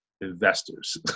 investors